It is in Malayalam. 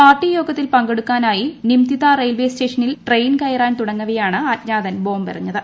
പാർട്ടി യോഗത്തിൽ പങ്കെടുക്കുന്നതിനായി നിംതിത റെയിൽവേ സ്റ്റേഷനിൽ ട്രെയിൻ കയറാൻ തുടങ്ങവെയാണ് അജ്ഞാതൻ ബോംബ് എറിഞ്ഞത്